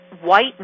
white